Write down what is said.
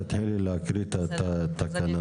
תתחילי להקריא את התקנה.